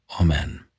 Amen